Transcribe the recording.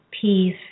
peace